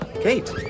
Kate